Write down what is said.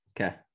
Okay